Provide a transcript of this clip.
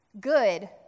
Good